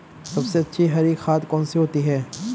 सबसे अच्छी हरी खाद कौन सी होती है?